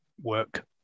work